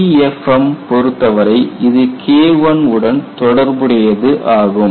LEFM பொருத்தவரை இது K1 உடன் தொடர்புடையது ஆகும்